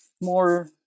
more